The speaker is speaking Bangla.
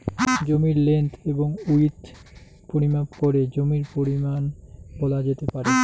জমির লেন্থ এবং উইড্থ পরিমাপ করে জমির পরিমান বলা যেতে পারে